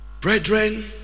Brethren